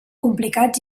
complicats